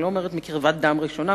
אני לא אומרת מקרבת דם ראשונה,